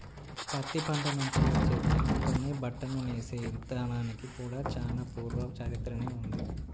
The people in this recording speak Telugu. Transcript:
పత్తి పంట నుంచి వచ్చే దారంతోనే బట్టను నేసే ఇదానానికి కూడా చానా పూర్వ చరిత్రనే ఉంది